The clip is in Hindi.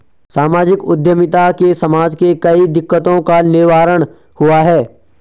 सामाजिक उद्यमिता से समाज के कई दिकक्तों का निवारण हुआ है